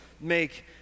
make